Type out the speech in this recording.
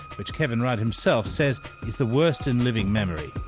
which kevin rudd himself says is the worst in living memory.